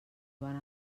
joan